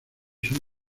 son